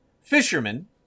fisherman